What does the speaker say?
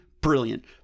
Brilliant